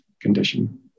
condition